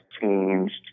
changed